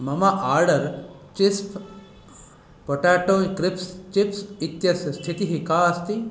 मम order chips potato crisps chips इत्यस्य स्थितिः का अस्ति